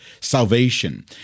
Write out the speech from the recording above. salvation